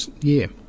year